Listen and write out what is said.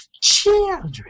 Children